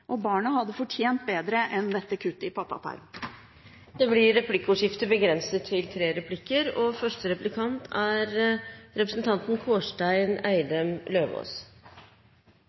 og barna hadde fortjent bedre enn dette kuttet i pappapermen. Det blir replikkordskifte.